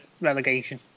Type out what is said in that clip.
relegation